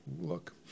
look